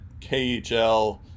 KHL